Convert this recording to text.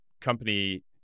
company